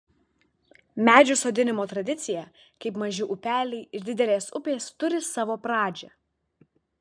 medžių sodinimo tradicija kaip maži upeliai ir didelės upės turi savo pradžią